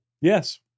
Yes